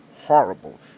horrible